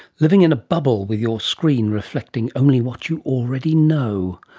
living in a bubble with your screen reflecting only what you already know.